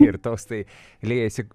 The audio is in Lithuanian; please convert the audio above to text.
ir tostai liejasi